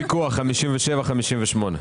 פנייה מספר 57 ו-58,